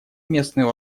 местные